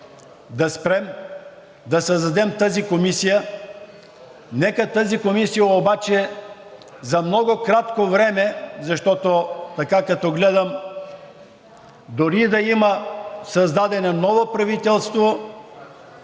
да спрем, да създадем тази комисия, нека тази комисия обаче за много кратко време, защото така, като гледам, дори да има създадено ново правителство,